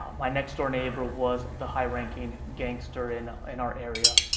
my next door neighbor was the high-ranking gangster in in our area.